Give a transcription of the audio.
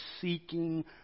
seeking